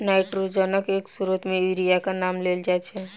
नाइट्रोजनक एक स्रोत मे यूरियाक नाम लेल जाइत छै